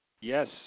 Yes